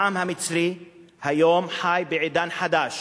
העם המצרי היום חי בעידן חדש,